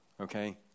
okay